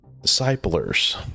disciples